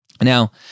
Now